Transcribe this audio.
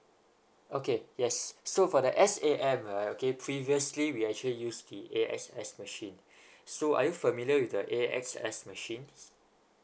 okay yes so for the s a okay previously we actually used the a x s machine so are you familiar with the a x s machines